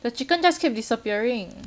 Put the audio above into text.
the chicken just kept disappearing